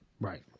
Right